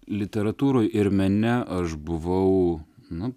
literatūroj ir mene aš buvau nu